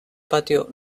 patio